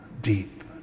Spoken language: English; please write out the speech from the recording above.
deep